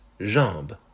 jambe